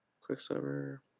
Quicksilver